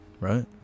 right